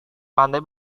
pandai